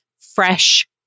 fresh